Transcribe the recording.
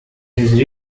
his